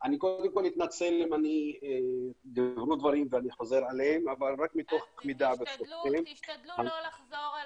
אני מתנצל אם אומר דברים ואני חוזר עליהם אבל -- תשתדלו לא לחזור.